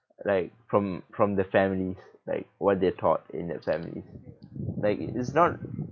like from from the family like what they're taught in that family like it's not